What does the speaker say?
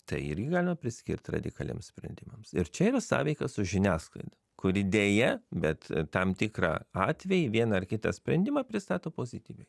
tai irgi galima priskirt radikaliems sprendimams ir čia yra sąveika su žiniasklaida kuri deja bet tam tikrą atvejį vieną ar kitą sprendimą pristato pozityviai